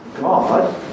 God